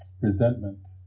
resentment